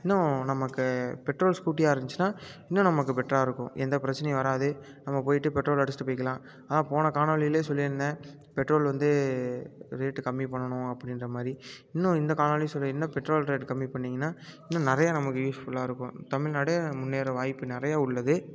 இன்னும் நமக்கு பெட்ரோல் ஸ்கூட்டியாக இருந்துச்சின்னால் இன்னும் நமக்கு பெட்டரா இருக்கும் எந்த பிரச்சனையும் வராது நம்ம போயிட்டு பெட்ரோல் அடித்துட்டு போயிக்கலாம் ஆனால் போன காணொளியில் சொல்லியிருந்தேன் பெட்ரோல் வந்து ரேட்டு கம்மி பண்ணணும் அப்படின்ற மாதிரி இன்னும் இந்த காணொளியில் சொல்லியிருந்தேன் பெட்ரோல் ரேட் கம்மி பண்ணிங்கன்னால் இன்னும் நிறையா நமக்கு யூஸ்ஃபுல்லாக இருக்கும் தமிழ்நாடே முன்னேற வாய்ப்பு நிறையா உள்ளது